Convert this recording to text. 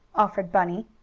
offered bunny.